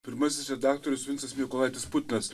pirmasis redaktorius vincas mykolaitis putinas